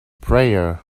prayer